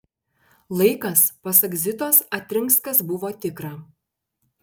laikas pasak zitos atrinks kas buvo tikra